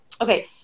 Okay